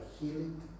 healing